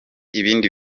ibindi